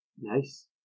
Nice